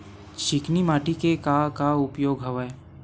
चिकनी माटी के का का उपयोग हवय?